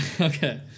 Okay